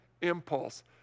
impulse